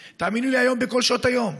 בכל שעות היום,